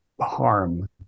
harm